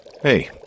Hey